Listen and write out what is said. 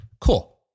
cool